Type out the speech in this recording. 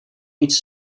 iets